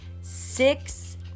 Six